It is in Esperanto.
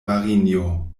marinjo